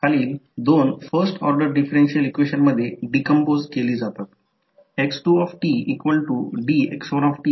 आता जर यापैकी एकही डॉट बदलला असेल तर काही नंतर तो बदलला असेल तर हा डॉट इथे असेल किंवा मला ते स्पष्ट करू दे किंवा हा डॉट इथे असेल हे त्या ठिकाणी असेल जे होईल ते चिन्ह बदलेल समान चिन्ह बदलेल